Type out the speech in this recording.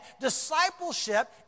discipleship